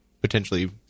potentially